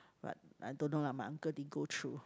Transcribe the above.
but I don't know lah my uncle didn't go through